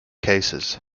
cases